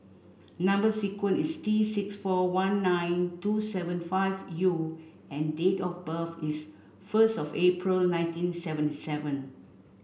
number sequence is T six four one nine two seven five U and date of birth is first of April nineteen seventy seven